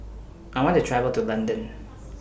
I want to travel to London